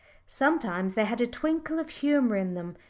sometimes they had a twinkle of humour in them,